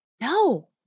no